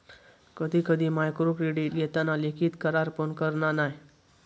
कधी कधी मायक्रोक्रेडीट घेताना लिखित करार पण करना नाय